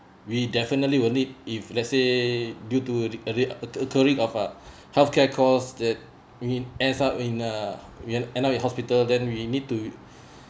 we definitely will need if let's say due to the re~ occurring of uh healthcare costs that I mean ends up in uh we end up in hospital then we need to